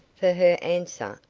for her answer,